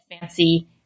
fancy